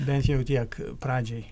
bent jau tiek pradžiai